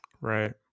right